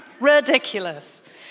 Ridiculous